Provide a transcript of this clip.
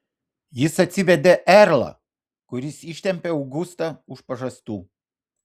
jis atsivedė erlą kuris ištempė augustą už pažastų